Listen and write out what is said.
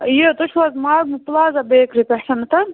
یہِ تُہۍ چھُو حظ ماگمہٕ پٕلازا بیکری پٮ۪ٹھنَتھ